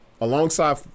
alongside